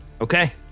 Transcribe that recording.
Okay